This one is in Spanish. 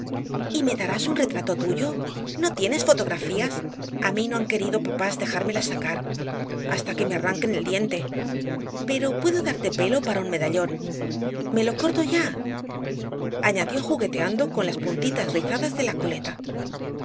y me darás un retrato tuyo no tienes fotografías a mí no han querido papás dejármela sacar hasta que me arranquen el diente pero puedo darte pelo para un medallón me lo corto ya añadió jugueteando con las puntitas rizadas de la coleta